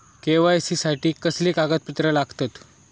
KYC साठी कसली कागदपत्र लागतत?